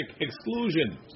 exclusion